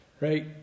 right